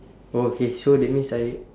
okay so that means I